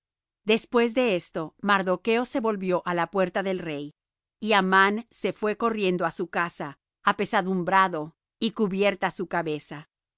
después de esto mardocho se volvió á la puerta del rey y amán se fué corriendo á su casa apesadumbrado y cubierta su cabeza